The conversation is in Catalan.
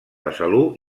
besalú